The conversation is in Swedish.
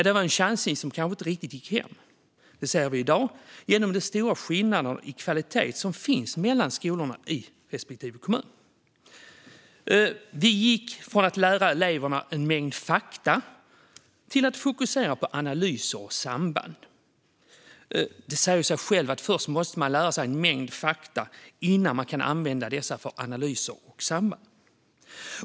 Det var en chansning som kanske inte riktigt gick hem; det ser vi i dag i de stora skillnader i kvalitet som finns mellan skolorna i respektive kommun. Vi gick från att lära eleverna en mängd fakta till att fokusera på analyser och samband. Det säger ju sig självt att man först måste lära sig en mängd fakta innan man kan använda dessa för att göra analyser och se samband.